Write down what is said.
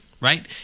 right